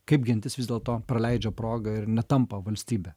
kaip gentis vis dėlto praleidžia progą ir netampa valstybe